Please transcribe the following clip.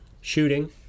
Shooting